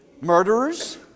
murderers